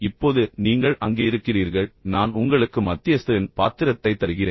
இப்போது நீங்கள் அங்கே இருக்கிறீர்கள் நான் உங்களுக்கு மத்தியஸ்தரின் பாத்திரத்தை தருகிறேன்